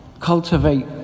Cultivate